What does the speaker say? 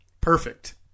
Perfect